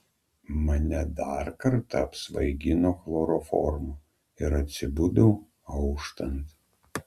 mane dar kartą apsvaigino chloroformu ir atsibudau auštant